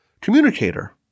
communicator